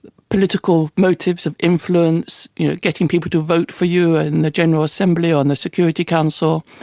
political motives of influence you know getting people to vote for you in the general assembly or on the security council.